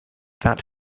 that